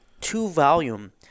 two-volume